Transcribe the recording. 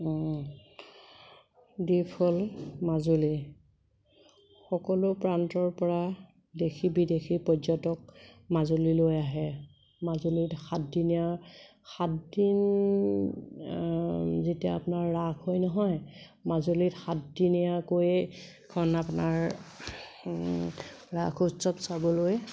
দ্বীপ হ'ল মাজুলী সকলো প্ৰান্তৰ পৰা দেশী বিদেশী পৰ্যটক মাজুলীলৈ আহে মাজুলীত সাতদিনীয়া সাতদিন যেতিয়া আপোনাৰ ৰাস হয় নহয় মাজুলীত সাতদিনীয়াকৈ আপোনাৰ ৰাস উৎসৱ চাবলৈ